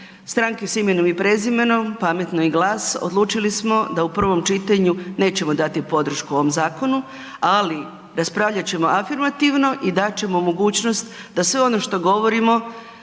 Stranke s imenom i prezimenom, Pametno i GLAS odlučili smo da u prvom čitanju nećemo dati podršku ovom zakonu, ali raspravljat ćemo afirmativno i dat ćemo mogućnost da sve ono što govorimo